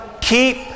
keep